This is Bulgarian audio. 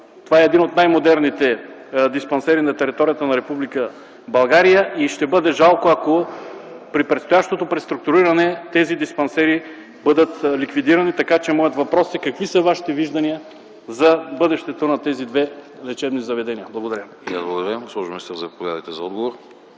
това е един от най-модерните диспансери на територията на Република България. Ще бъде жалко, ако при предстоящото преструктуриране тези диспансери бъдат ликвидирани. Моят въпрос е: какви са Вашите виждания за бъдещето на тези две лечебни заведения? Благодаря.